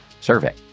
survey